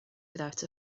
without